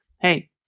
Hey